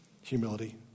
Humility